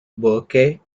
burke